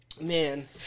Man